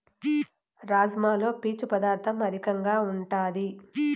రాజ్మాలో పీచు పదార్ధం అధికంగా ఉంటాది